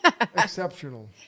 Exceptional